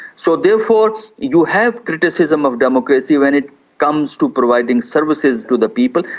so therefore you have criticism of democracy when it comes to providing services to the people.